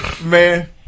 Man